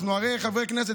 אנחנו הרי חברי כנסת,